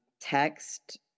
text